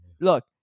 Look